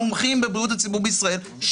המומחים לבריאות הציבור בישראל,